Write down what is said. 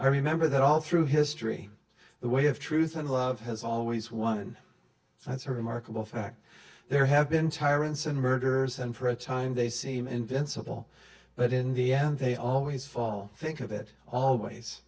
i remember that all through history the way of truth and love has always won and that's a remarkable fact there have been tyrants and murderers and for a time they seem invincible but in the end they always fall think of it always